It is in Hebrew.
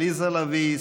עליזה לביא,